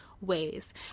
ways